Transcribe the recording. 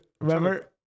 Remember